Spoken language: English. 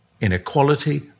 inequality